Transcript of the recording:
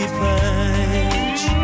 page